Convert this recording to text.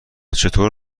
چطور